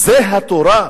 זו התורה,